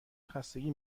خستگی